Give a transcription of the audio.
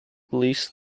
least